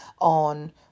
on